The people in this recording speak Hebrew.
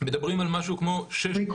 מדברים על משהו כמו 600